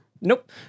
Nope